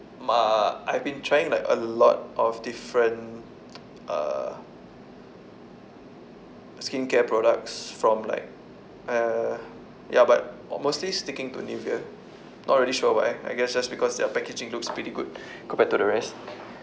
m~ I've been trying like a lot of different uh skincare products from like uh ya but mostly sticking to Nivea not really sure why I guess just because their packaging looks pretty good compared to the rest